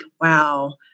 wow